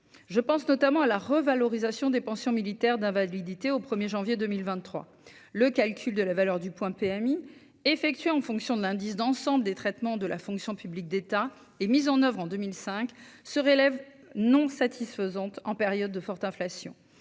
je pense notamment à la revalorisation des pensions militaires d'invalidité au 1er janvier 2023, le calcul de la valeur du point PMI effectuée en fonction de l'indice d'ensemble des traitements de la fonction publique d'État et mise en oeuvre en 2005 se relève non satisfaisante en période de forte inflation,